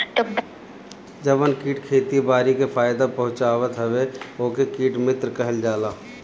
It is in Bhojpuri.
जवन कीट खेती बारी के फायदा पहुँचावत हवे ओके कीट मित्र कहल जाला